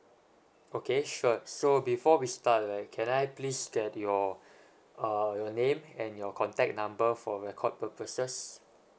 okay sure so before we start right can I please get your uh your name and your contact number for record purposes